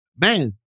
man